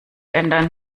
ändern